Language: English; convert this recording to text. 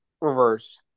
reverse